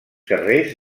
carrers